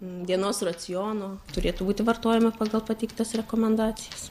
dienos raciono turėtų būti vartojami pagal pateiktas rekomendacijas